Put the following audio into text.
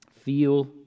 feel